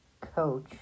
coach